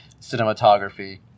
cinematography